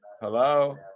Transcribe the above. Hello